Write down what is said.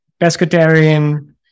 Pescatarian